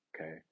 Okay